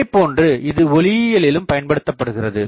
இதேபோன்று இது ஒளியியலிலும் பயன்படுத்தப்படுகிறது